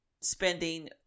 spending